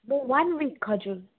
म one week हजुर